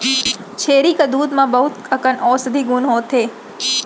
छेरी के दूद म बहुत अकन औसधी गुन होथे